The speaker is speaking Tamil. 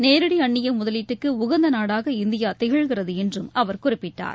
நேரடி அந்நிய முதலீட்டுக்கு உகந்த நாடாக இந்தியா திகழ்கிறது என்றும் அவர் குறிப்பிட்டார்